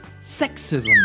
sexism